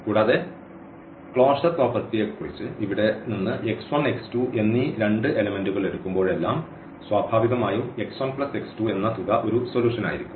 കൂടാതെ ക്ലോഷർ പ്രോപ്പർട്ടിക്കുറിച്ചു ഇവിടെ നിന്ന് x1 x2 എന്നീ രണ്ട് എലെമെന്റുകൾ എടുക്കുമ്പോഴെല്ലാം സ്വാഭാവികമായും x1 x2 എന്ന തുക ഒരു സൊലൂഷൻ ആയിരിക്കും